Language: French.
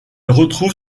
retrouve